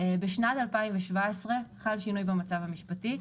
בשנת 2017 חל שינוי במצב המשפטי.